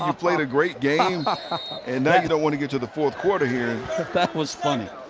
um played a great game and don't want to get to the fourth quarter here that was funny,